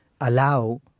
allow